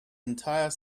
entire